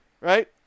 right